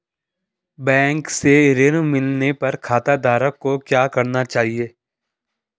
Bank से ऋण मिलने पर खाताधारक को क्या करना चाहिए?